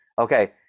Okay